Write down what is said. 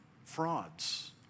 frauds